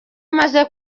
amaze